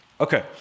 okay